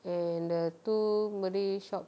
and the two malay shop